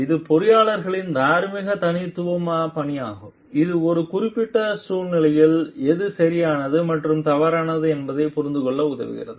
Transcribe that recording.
இது பொறியியலாளர்களின் தார்மீக தலைமைத்துவ பாணியாகும் இது ஒரு குறிப்பிட்ட சூழ்நிலையில் எது சரியானது மற்றும் தவறானது என்பதைப் புரிந்துகொள்ள உதவுகிறது